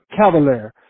cavalier